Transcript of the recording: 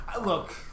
look